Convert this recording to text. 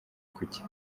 kuki